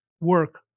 work